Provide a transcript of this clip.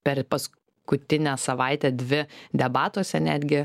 per paskutinę savaitę dvi debatuose netgi